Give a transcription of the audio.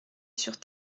sur